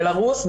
בלרוס,